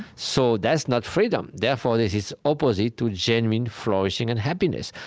so that's not freedom. therefore, this is opposite to genuine flourishing and happiness.